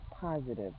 positive